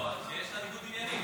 לא, שיש לה ניגוד עניינים.